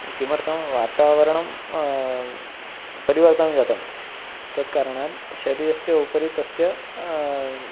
किमर्थं वातावरणं परिवर्तनं जातं तत्कारणात् शरीरस्य उपरि तस्य